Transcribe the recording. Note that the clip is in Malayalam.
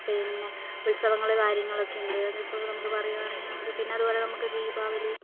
പിന്നെ ഉത്സവങ്ങള് കാര്യങ്ങളൊക്കെ ഉണ്ട് അതിപ്പോൾ നമുക്ക് പറയുകയാണെങ്കിൽ നമുക്ക് പിന്നെ അതുപോലെ നമുക്ക് ദീപാവലി